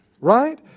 Right